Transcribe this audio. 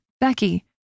Becky